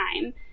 time